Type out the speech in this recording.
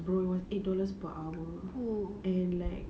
bro eight dollars per hour and like